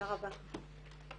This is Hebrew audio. תודה רבה.